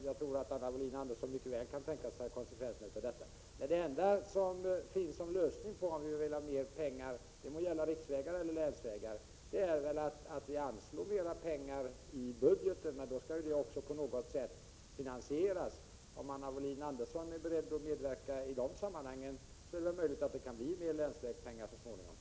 Jag tror att Anna Wohlin-Andersson mycket väl kan föreställa sig vilka konsekvenserna skulle bli. Den enda lösningen när det gäller att få mera pengar — det må gälla riksvägar eller länsvägar — är väl att öka anslagen i budgeten. Men det skall ju också finansieras på något sätt. Om Anna Wohlin-Andersson är beredd att medverka i de sammanhangen, är det möjligt att det kan bli en del länsvägspengar så småningom.